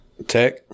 Tech